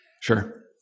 Sure